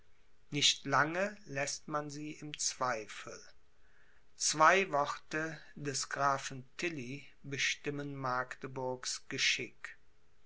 nicht lange läßt man sie im zweifel zwei worte des grafen tilly bestimmen magdeburgs geschick